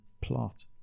plot